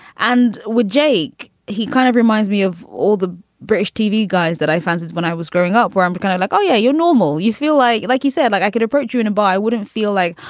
and with jake, he kind of reminds me of all the british tv guys that i fancied when i was growing up, where i'm kind of like, oh, yeah, you're normal. you feel like like you said, like i could approach you in a bar. i wouldn't feel like,